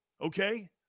Okay